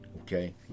Okay